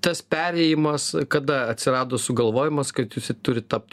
tas perėjimas kada atsirado sugalvojimas kad jūs turit tapt